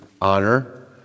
honor